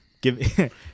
Give